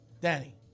Danny